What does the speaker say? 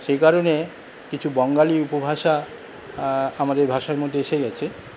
সেই কারণে কিছু বঙ্গালী উপভাষা আ আমাদের ভাষার মধ্যে এসে গেছে